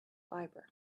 fibre